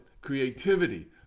creativity